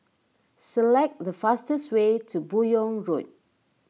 select the fastest way to Buyong Road